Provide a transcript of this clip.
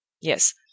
Yes